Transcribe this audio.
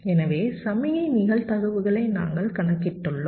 எனவே சமிக்ஞை நிகழ்தகவுகளை நாங்கள் கணக்கிட்டுள்ளோம்